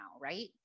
right